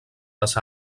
les